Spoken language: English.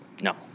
No